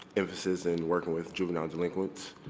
emphasis in working with juvenile delinquents.